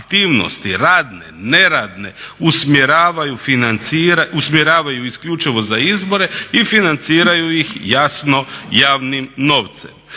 radne, neradne usmjeravaju isključivo za izbore i financiraju ih jasno javnim novcem.